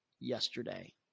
yesterday